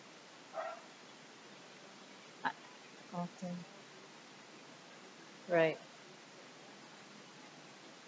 I often right